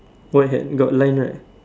white hat got line right